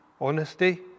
honesty